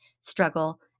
struggle